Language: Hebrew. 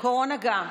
קורונה גם.